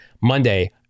Monday